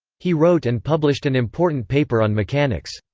he wrote and published an important paper on mechanics.